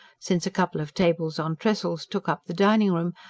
since a couple of tables on trestles took up the dining-room,